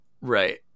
Right